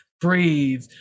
breathe